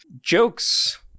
jokes